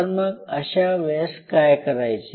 तर मग अशा वेळेस काय करायचे